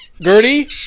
Gertie